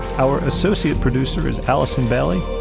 our associate producer is allison bailey.